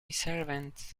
servants